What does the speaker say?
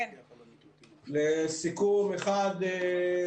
לסיכום: אחד,